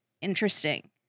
Interesting